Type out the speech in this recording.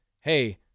hey